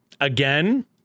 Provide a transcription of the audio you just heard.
again